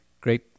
Great